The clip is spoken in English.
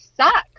sucks